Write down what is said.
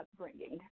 upbringing